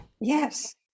Yes